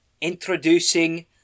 Introducing